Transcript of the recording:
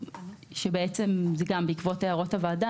וגם זה בעקבות הערות הוועדה.